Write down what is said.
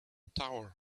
tower